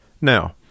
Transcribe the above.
Now